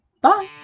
Bye